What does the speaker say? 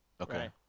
okay